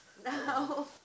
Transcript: no